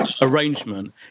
arrangement